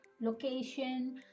location